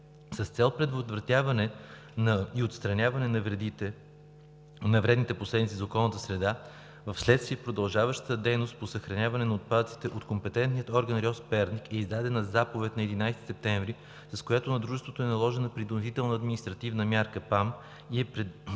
С цел предотвратяване и отстраняване на вредните последици за околната среда вследствие продължаващата дейност по съхраняване на отпадъците от компетентните органи на РИОСВ – Перник, е издадена заповед на 11 септември, с която на дружеството е наложена принудителна административна мярка и е предписано